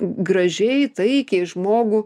gražiai taikiai žmogų